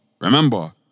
remember